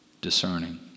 discerning